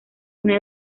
una